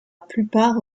plupart